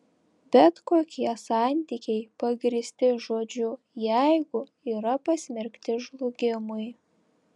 bet kokie santykiai pagrįsti žodžiu jeigu yra pasmerkti žlugimui